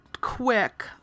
quick